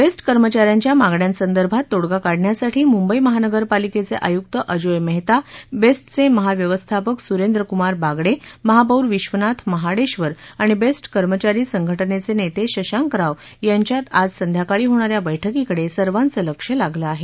best कर्मचा यांच्या मागण्यासंदर्भात तोडगा काढण्यासाठी मुंबईमहानगर पालिकेचे आयुक्त अजोय मेहता बेस्टचे महाव्यवस्थापक सुरेद्र कुमार बागडे महापौर विश्वनाथ महाडेक्षर आणि बेस्ट कर्मचारी संघटनेचे नेते शशांक राव यांच्यात आज संध्याकाळी होणा या बैठकीकडे सर्वांचं लक्ष लागलं आहे